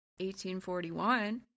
1841